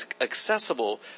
accessible